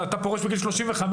ואתה פורש בגיל 35,